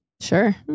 Sure